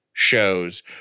shows